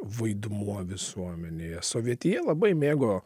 vaidmuo visuomenėje sovietinėje labai mėgo